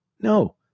No